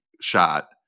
shot